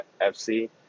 FC